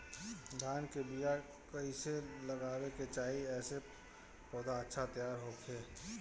धान के बीया कइसे लगावे के चाही जेसे पौधा अच्छा तैयार होखे?